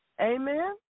Amen